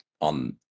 on